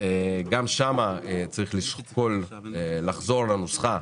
צריך לשקול לחזור לנוסחה